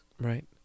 right